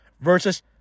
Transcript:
versus